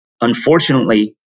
unfortunately